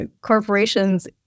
corporations